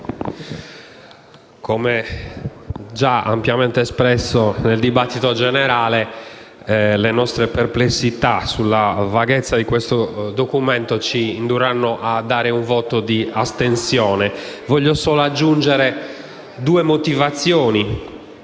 come già ampiamente espresso nella discussione, le nostre perplessità sulla vaghezza di questo documento ci indurranno a esprimere un voto di astensione. Voglio solo aggiungere due motivazioni